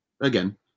Again